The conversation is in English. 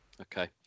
Okay